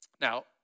Now